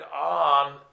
on